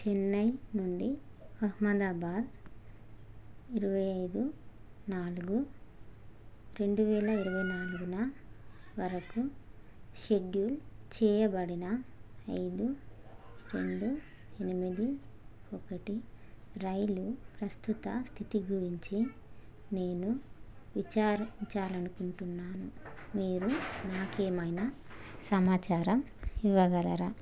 చెన్నై నుండి అహ్మదాబాద్ ఇరవై ఐదు నాలుగు రెండు వేల ఇరవై నాలుగున వరకు షెడ్యూల్ చేయబడిన ఐదు రెండు ఎనిమిది ఒకటి రైలు ప్రస్తుత స్థితి గురించి నేను విచారించాలనుకుంటున్నాను మీరు నాకేమైనా సమాచారం ఇవ్వగలరా